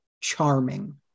charming